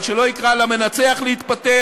אבל שלא יקרא למנצח להתפטר,